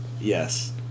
Yes